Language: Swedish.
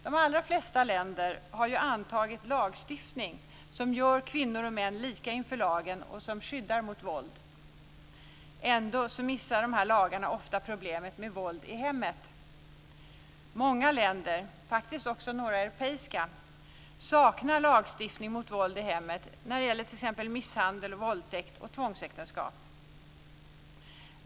De allra flesta länder har antagit lagstiftning som gör kvinnor och män lika inför lagen och som skyddar mot våld. Ändå missar dessa lagar ofta problemet med våld i hemmet. Många länder, faktiskt också några europeiska, saknar lagstiftning mot våld i hemmet när det gäller t.ex. misshandel, våldtäkt och tvångsäktenskap.